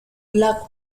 black